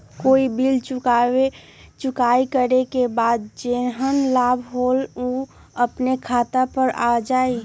कोई बिल चुकाई करे के बाद जेहन लाभ होल उ अपने खाता पर आ जाई?